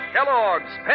Kellogg's